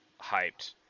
hyped